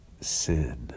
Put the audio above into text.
sin